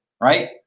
right